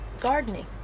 gardening